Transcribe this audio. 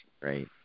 right